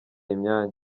imyanya